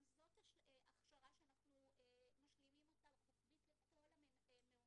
גם זאת הכשרה שאנחנו משלימים אותה רוחבית לכל המעונות.